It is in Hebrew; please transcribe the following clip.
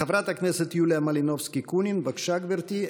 חברת הכנסת יוליה מלינובסקי קונין, בבקשה, גברתי.